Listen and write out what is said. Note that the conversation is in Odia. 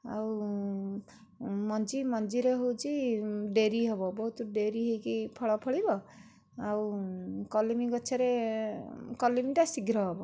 ଆଉ ମଞ୍ଜି ମଞ୍ଜିରେ ହେଉଛି ଡେରି ହେବ ବହୁତ ଡେରି ହୋଇକି ଫଳ ଫଳିବ ଆଉ କଲିମି ଗଛରେ କଲିମିଟା ଶୀଘ୍ର ହେବ